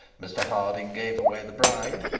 mr harding gave away the bride,